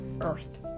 earth